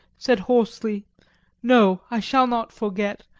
said hoarsely no, i shall not forget,